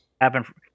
happen